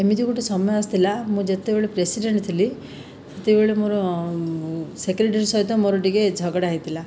ଏମିତି ଗୋଟିଏ ସମୟ ଆସିଥିଲା ମୁଁ ଯେତେବେଳେ ପ୍ରେସିଡେଣ୍ଟ ଥିଲି ସେତିକିବେଳେ ମୋ'ର ସେକ୍ରେଟାରୀ ସହିତ ମୋ'ର ଟିକିଏ ଝଗଡ଼ା ହୋଇଥିଲା